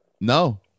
No